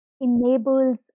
enables